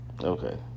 Okay